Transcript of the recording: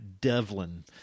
Devlin